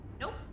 Nope